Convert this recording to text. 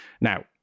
Now